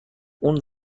اون